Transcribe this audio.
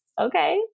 okay